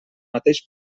mateix